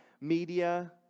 media